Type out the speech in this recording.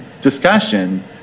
discussion